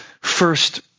first